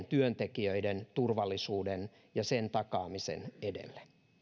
työntekijöiden turvallisuuden ja sen takaamisen edelle